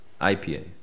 IPA